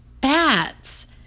bats